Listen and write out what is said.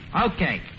Okay